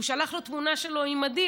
הוא שלח לו תמונה שלו עם מדים,